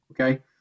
Okay